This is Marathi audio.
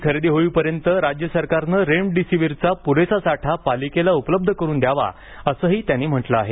ही खरेदी होईपर्यंत राज्य सरकारन रेमडीसिव्हीरचा पुरेसा साठा पालिकेला उपलब्ध करून द्यावा असंही त्यांनी म्हटलं आहे